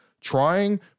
trying